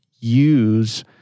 use